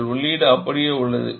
உங்கள் வெளியீடு அப்படியே உள்ளது